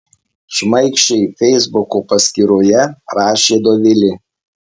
šmaikščiai feisbuko paskyroje rašė dovilė